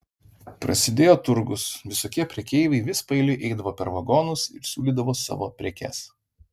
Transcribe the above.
prasidėjo turgus visokie prekeiviai vis paeiliui eidavo per vagonus ir siūlydavo savo prekes